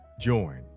join